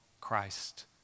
Christ